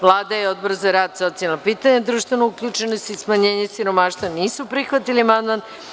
Vlada i Odbor za rad, socijalna pitanja, društvenu uključenost i smanjenje siromaštva nisu prihvatili amandman.